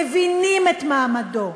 מבינים את מעמדו,